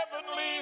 heavenly